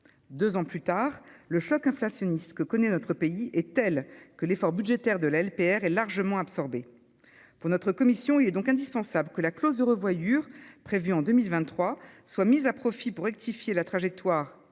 Deux ans plus tard, le choc inflationniste que connaît notre pays est tel que l'effort budgétaire de la LPR est largement absorbé. Pour notre commission, il est donc indispensable que la clause de revoyure prévue en 2023 soit mise à profit pour rectifier la trajectoire,